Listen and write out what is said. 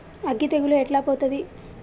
అగ్గి తెగులు ఎట్లా పోతది?